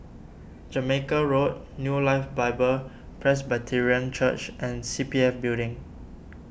Jamaica Road New Life Bible Presbyterian Church and C P F Building